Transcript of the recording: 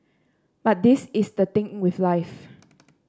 but this is the thing with life